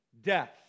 death